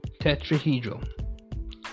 Tetrahedral